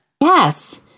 Yes